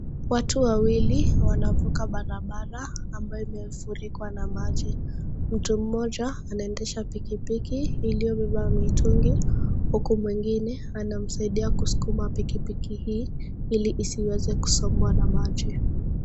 Watu wawili wanavuka barabara ambayo imefunikwa na maji. Mtu mmoja anaendesha pikipiki iliyobeba mitungi huku mwingine anamsaidia kusukuma pikipiki hii ili isiweze kusombwa na maji.